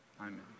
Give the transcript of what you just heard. Amen